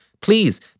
Please